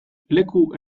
leku